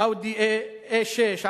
ה"אאודי A6",